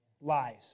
Lies